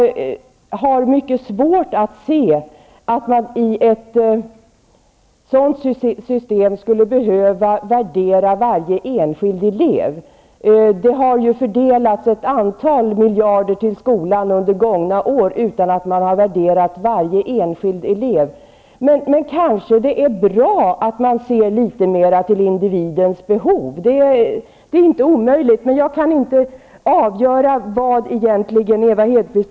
Jag har mycket svårt att se att man i ett sådant system skulle behöva värdera varje enskild elev. Ett antal miljarder har ju fördelats till skolan under gångna år utan att man har värderat varje enskild elev. Men det kanske är bra att man ser litet mer till individens behov. Det är inte omöjligt. Men jag kan inte avgöra vad Ewa Hedkvist Petersen egentligen menar med sin fråga.